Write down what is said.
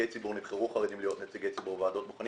נבחרו חרדים להיות נציגי ציבור בוועדות בוחנים